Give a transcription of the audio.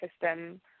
system